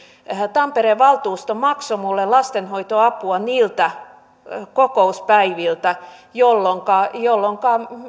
tampereen valtuusto maksoi minulle lastenhoitoapua niiltä kokouspäiviltä jolloinka jolloinka